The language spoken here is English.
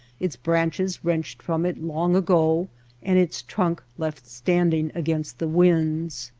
its branches wrenched from it long ago and its trunk left standing against the winds.